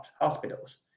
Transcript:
hospitals